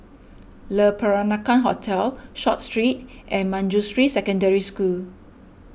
Le Peranakan Hotel Short Street and Manjusri Secondary School